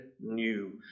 new